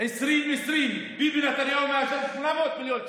2020 ביבי נתניהו מאשר 800 מיליון שקל,